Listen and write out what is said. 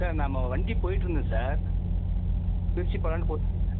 sir நம்ப வண்டி போயிட்டுருந்தது சார் திருச்சி போகலான்னு போயிட்டுருந்தேன்